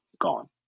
gone